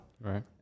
Right